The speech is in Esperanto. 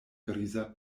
griza